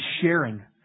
sharing